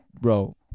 bro